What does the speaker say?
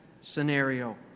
scenario